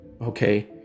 Okay